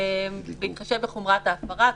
בהתחשב בחומרת ההפרה,